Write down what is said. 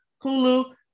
hulu